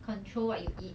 control what you eat